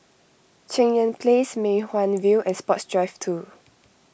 Cheng Yan Place Mei Hwan View and Sports Drive two